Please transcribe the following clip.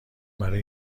برای